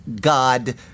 God